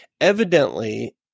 evidently